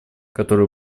которые